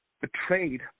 betrayed